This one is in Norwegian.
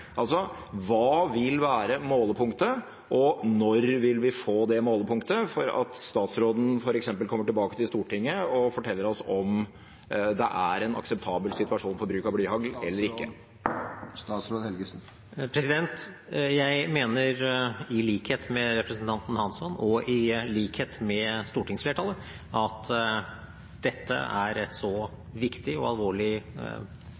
Altså: Hva vil være målepunktet, og når vil vi få det målepunktet, for at statsråden f.eks. kommer tilbake til Stortinget og forteller oss om det er en akseptabel situasjon for bruk av blyhagl eller ikke? Jeg mener – i likhet med representanten Hansson og stortingsflertallet – at dette er et